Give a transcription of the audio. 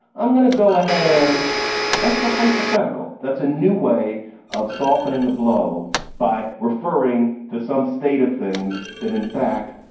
i'm going to go ahead. and that's a hypothetical. that's a new way of softening the blow by referring to some state of things that, in fact,